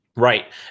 Right